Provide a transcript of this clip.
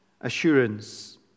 assurance